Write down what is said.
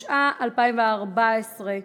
התשע"ה 2014,